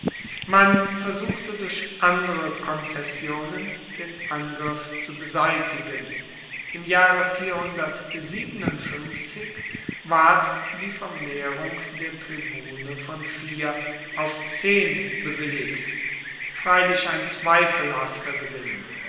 man versuchte durch andere konzessionen den angriff zu beseitigen im jahre ward die vermehrung der tribune von vier auf zehn bewilligt freilich ein zweifelhafter gewinn